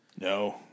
No